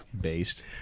Based